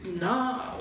no